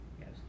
yes